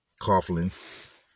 Coughlin